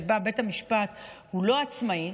שבה בית המשפט הוא לא עצמאי,